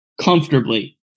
comfortably